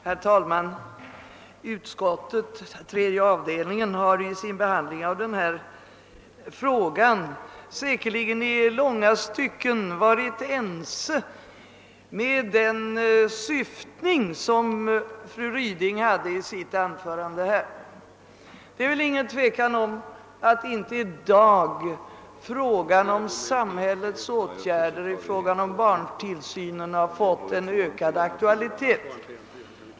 Herr talman! Utskottets tredje avdelning har vid sin behandling av detta ärende i långa stycken fört samma resonemang som fru Ryding gjorde i sitt anförande här. Det är väl ingen tvekan om att inte i dag frågan om samhällets åtgärder beträffande barntillsynen har fått ökad aktualitet.